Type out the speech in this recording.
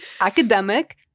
academic